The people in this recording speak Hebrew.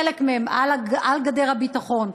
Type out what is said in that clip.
חלק מהם על גדר הביטחון,